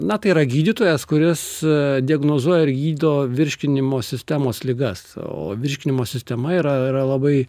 na tai yra gydytojas kuris diagnozuoja ir gydo virškinimo sistemos ligas o virškinimo sistema yra yra labai